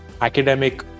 academic